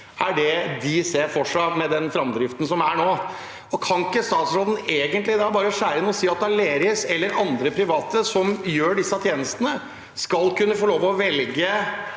er det de ser for seg med den framdriften som er nå. Kan ikke statsråden bare skjære igjennom og si at Aleris eller andre private som gjør disse tjenestene, skal få lov til å velge,